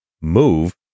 move